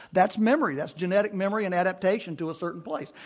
that's memory. that's genetic memory and adaptation to a certain place.